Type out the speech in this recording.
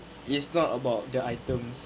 is not about the items